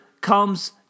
comes